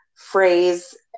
phrase